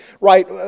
right